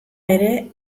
ere